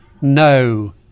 No